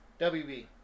WB